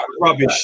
rubbish